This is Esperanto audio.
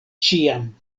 ĉiam